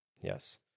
Yes